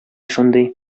шундый